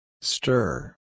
Stir